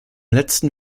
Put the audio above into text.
letzten